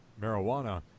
marijuana